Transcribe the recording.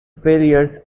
failures